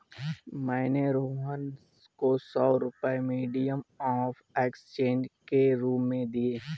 मैंने रोहन को सौ रुपए मीडियम ऑफ़ एक्सचेंज के रूप में दिए